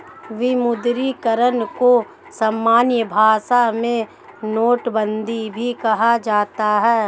विमुद्रीकरण को सामान्य भाषा में नोटबन्दी भी कहा जाता है